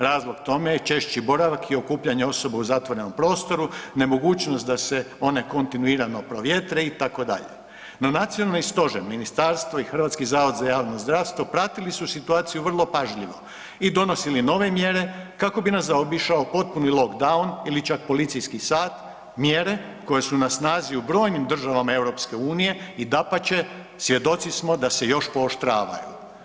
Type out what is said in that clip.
Razlog tome je češći boravak i okupljanje osoba u zatvorenom prostoru, nemogućnost da se one kontinuirano provjetre itd., no nacionalni stožer, ministarstvo i HZJZ pratili su situaciju vrlo pažljivo i donosili nove mjere kako bi nas zaobišao potpuni lockdown ili čak policijski sat, mjere koje su na snazi u brojnim državama EU-a i dapače, svjedoci smo da se još pooštravaju.